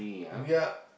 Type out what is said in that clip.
we are